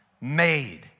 made